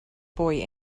boy